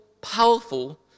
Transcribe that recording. powerful